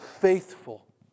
faithful